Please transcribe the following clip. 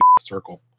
circle